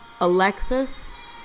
Alexis